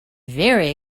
very